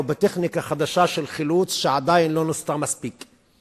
בטכניקה חדשה של חילוץ שעדיין לא נוסתה מספיק.